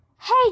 Hey